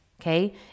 okay